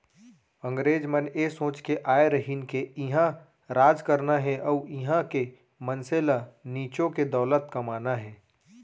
अंगरेज मन ए सोच के आय रहिन के इहॉं राज करना हे अउ इहॉं के मनसे ल निचो के दौलत कमाना हे